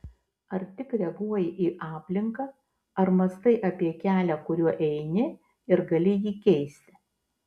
ar tik reaguoji į aplinką ar mąstai apie kelią kuriuo eini ir gali jį keisti